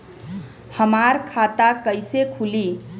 हमार खाता कईसे खुली?